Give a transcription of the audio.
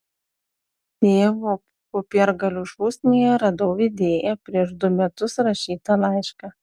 tėvo popiergalių šūsnyje radau idėją prieš du metus rašytą laišką